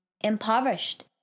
impoverished